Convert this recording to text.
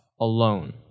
alone